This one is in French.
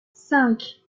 cinq